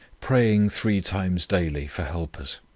praying three times daily for helpers.